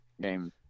game